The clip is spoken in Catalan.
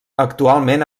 actualment